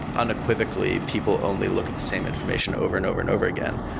unequivocally, people only look at the same information over and over and over again.